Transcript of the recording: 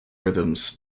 rhythms